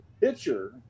pitcher